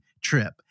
trip